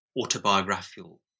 autobiographical